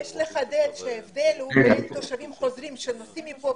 יש לחדד שההבדל הוא בין תושבים חוזרים שנוסעים לשם,